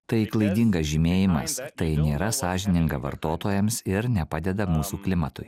tai klaidingas žymėjimas tai nėra sąžininga vartotojams ir nepadeda mūsų klimatui